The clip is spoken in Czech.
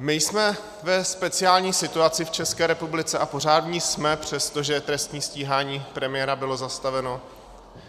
My jsme ve speciální situaci v České republice, a pořád v ní jsme, přestože trestní stíhání premiéra bylo zastaveno,